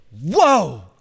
Whoa